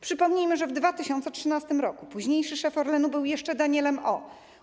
Przypomnijmy, że w 2013 r. późniejszy szef Orlenu był jeszcze Danielem O.